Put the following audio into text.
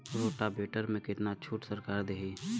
Rotavator में कितना छूट सरकार देही?